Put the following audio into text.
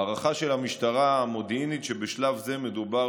ההערכה המודיעינית של המשטרה היא שבשלב זה מדובר